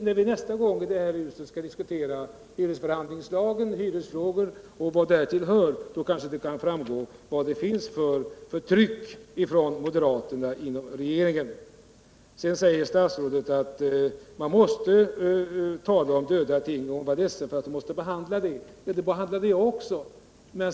När vi nästa gång i det här huset skall diskutera hyresförhandlingslagen, hyresfrågor och vad därtill hör framgår det kanske vilket tryck moderaterna utövar inom regeringen. Sedan sade statsrådet att hon var ledsen för att man måste behandla döda ting, men det behandlade jag också.